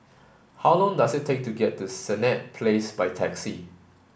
how long does it take to get to Senett Place by taxi